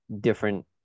different